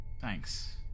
thanks